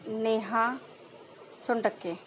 Neha Sontakke